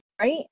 right